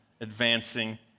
advancing